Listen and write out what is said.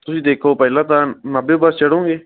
ਤੁਸੀਂ ਦੇਖੋ ਪਹਿਲਾਂ ਤਾਂ ਨਾਭੇ ਬੱਸ ਚੜੋਗੇ